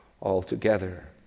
altogether